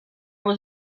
was